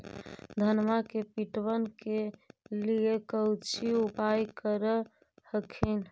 धनमा के पटबन के लिये कौची उपाय कर हखिन?